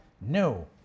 no